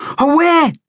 Away